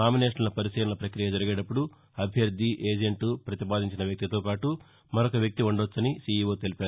నామినేషన్ల పరిశీలన ప్రక్రియ జరిగేటప్పుడు అభ్యర్ది ఏజెంట్ ప్రతిపాదించిన వ్యక్తితో పాటు మరొక వ్యక్తి ఉండొచ్చని సీఈవో తెలిపారు